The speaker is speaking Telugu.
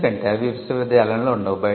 ఎందుకంటే అవి విశ్వవిద్యాలయంలో ఉండవు